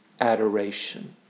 adoration